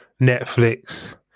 Netflix